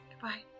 Goodbye